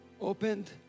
opened